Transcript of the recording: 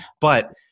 but-